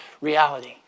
reality